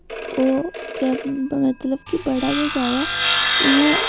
ओह् के मतलब के बड़ा गै ज्यादा इयां